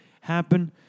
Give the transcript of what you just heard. happen